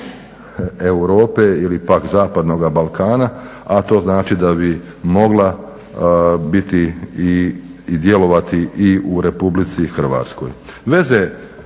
Europe ili pak zapadnoga Balkana, a to znači da bi mogla biti i djelovati i u RH. Veze Hrvatske